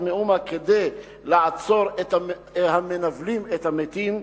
מאומה כדי לעצור את המנוולים את המתים.